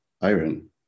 iron